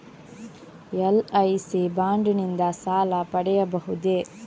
LIC bond ನಿಂದ ಸಾಲ ಪಡೆಯಬಹುದೇ?